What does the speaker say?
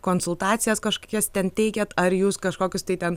konsultacijas kažkokias ten teikiat ar jūs kažkokius tai ten